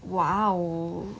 !wow!